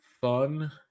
fun